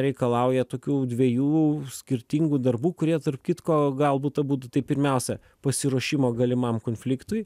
reikalauja tokių dviejų skirtingų darbų kurie tarp kitko galbūt abudu tai pirmiausia pasiruošimo galimam konfliktui